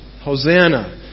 Hosanna